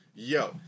Yo